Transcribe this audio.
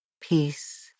peace